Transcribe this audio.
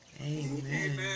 Amen